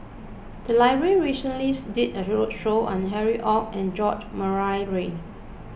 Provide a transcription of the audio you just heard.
the library recently did a roadshow on Harry Ord and George Murray Reith